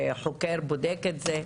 החוקר בודק את זה,